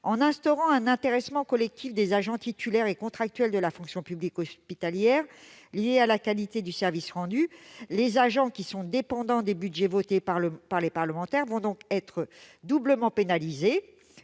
En instaurant un intéressement collectif des agents titulaires et contractuels de la fonction publique hospitalière lié à la qualité du service rendu, les agents, qui sont dépendants des budgets votés par les parlementaires, vont donc être doublement pénalisés